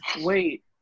Wait